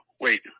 wait